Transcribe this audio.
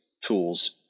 tools